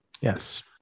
Yes